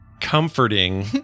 comforting